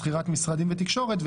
שכירת משרדים ותקשורת,